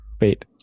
Wait